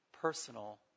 Personal